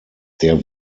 der